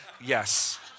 yes